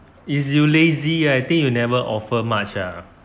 is you lazy I think you never offer much ah